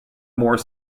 more